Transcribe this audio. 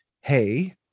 hey